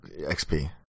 XP